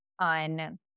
on